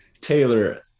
taylor